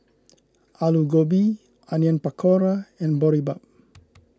Alu Gobi Onion Pakora and Boribap